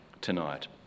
tonight